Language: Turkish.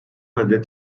adet